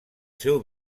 seu